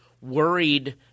worried